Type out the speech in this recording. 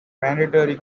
mandatory